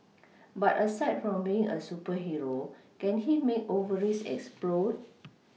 but aside from being a superhero can he make ovaries explode